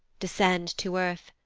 descend to earth,